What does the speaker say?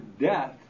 death